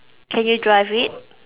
can you drive it